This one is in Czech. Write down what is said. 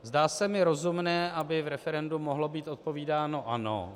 Zdá se mi rozumné, aby v referendu mohlo být odpovídáno ano.